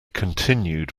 continued